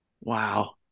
Wow